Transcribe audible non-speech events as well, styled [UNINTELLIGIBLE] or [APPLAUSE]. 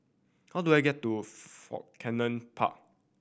how do I get to [UNINTELLIGIBLE] Fort Canning Park